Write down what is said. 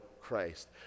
Christ